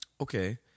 Okay